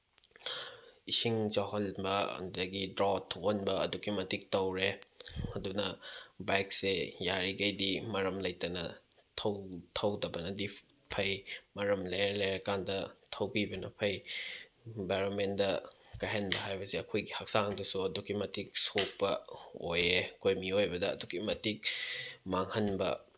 ꯏꯁꯤꯡ ꯆꯥꯎꯍꯟꯕ ꯑꯗꯒꯤ ꯗ꯭ꯔꯥꯎꯠ ꯊꯣꯛꯍꯟꯕ ꯑꯗꯨꯛꯀꯤ ꯃꯇꯤꯛ ꯇꯧꯔꯦ ꯑꯗꯨꯅ ꯕꯥꯏꯛꯁꯦ ꯌꯥꯔꯤꯈꯩꯗꯤ ꯃꯔꯝ ꯂꯩꯇꯅ ꯊꯧꯗꯕꯅꯗꯤ ꯐꯩ ꯃꯔꯝ ꯂꯩꯔ ꯂꯩꯔꯀꯥꯟꯗ ꯊꯧꯕꯤꯕꯅ ꯐꯩ ꯑꯦꯟꯚꯥꯏꯔꯣꯟꯃꯦꯟꯗ ꯀꯥꯏꯍꯟꯕ ꯍꯥꯏꯕꯁꯦ ꯑꯩꯈꯣꯏꯒꯤ ꯍꯛꯆꯥꯡꯗꯁꯨ ꯑꯗꯨꯛꯀꯤ ꯃꯇꯤꯛ ꯁꯣꯛꯄ ꯑꯣꯏꯌꯦ ꯑꯩꯈꯣꯏ ꯃꯤꯑꯣꯏꯕꯗ ꯑꯗꯨꯛꯀꯤ ꯃꯇꯤꯛ ꯃꯥꯡꯍꯟꯕ